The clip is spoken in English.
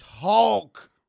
Talk